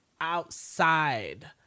outside